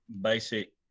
basic